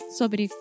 sobre